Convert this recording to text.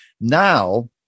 now